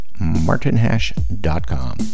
martinhash.com